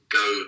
go